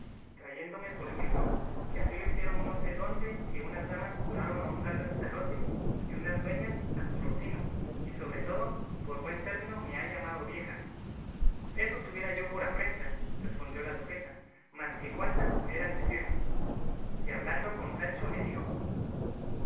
trayéndome por ejemplo que así lo hicieron no sé dónde que unas damas curaron a un tal lanzarote y unas dueñas a su rocino y sobre todo por buen término me ha llamado vieja eso tuviera yo por afrenta respondió la duquesa más que cuantas pudieran decirme y hablando con sancho le dijo